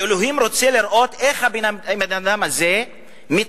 שאלוהים רוצה לראות איך האדם הזה מתמודד,